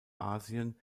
asien